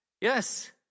Yes